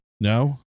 No